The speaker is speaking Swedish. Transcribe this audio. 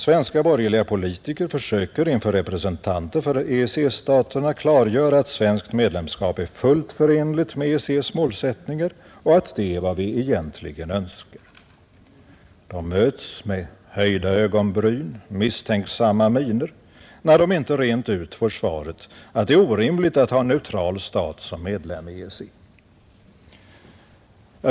Svenska borgerliga politiker försöker inför representanter för EEC-staterna klargöra att svenskt medlemskap är fullt förenligt med EEC:s målsättningar och att detta är vad vi egentligen önskar. De möts med höjda ögonbryn och misstänksamma miner, när de inte rent ut får svaret att det är orimligt att ha en neutral stat som medlem i EEC.